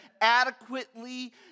adequately